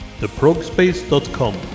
theprogspace.com